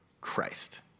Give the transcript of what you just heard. Christ